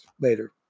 later